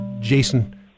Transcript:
Jason